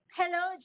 hello